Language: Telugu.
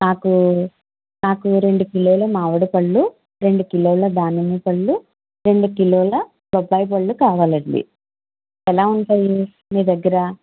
నాకు నాకు రెండు కిలోల మామిడిపళ్ళు రెండు కిలోల దానిమ్మపళ్ళు రెండు కిలోల బొప్పాయిపళ్ళు కావాలండి ఎలా ఉంటాయి మీ దగ్గర